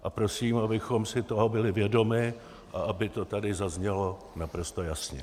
A prosím, abychom si toho byli vědomi a aby to tady zaznělo naprosto jasně.